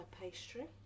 pastry